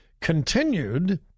continued